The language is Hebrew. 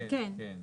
כן.